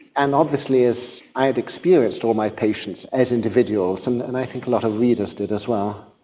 and obviously as i had experienced all my patients as individuals and and i think a lot of readers did as well.